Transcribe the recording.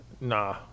Nah